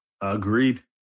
Agreed